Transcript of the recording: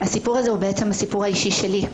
הסיפור הזה הוא בעצם הסיפור האישי שלי,